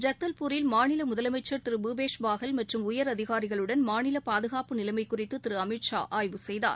ஜக்தவ்பூரில் மாநில முதலமைச்சர் திரு பூபேஷ் பாகல் மற்றும் உயரதிகாரிகளுடன் மாநில பாதுணப்பு நிலைமை குறித்து திரு அமித் ஷா ஆய்வு செய்தார்